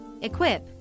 equip